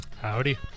Howdy